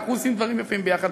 אנחנו עושים דברים יפים ביחד,